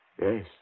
Yes